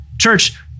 Church